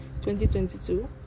2022